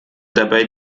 dabei